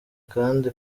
kandi